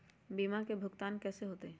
बीमा के भुगतान कैसे होतइ?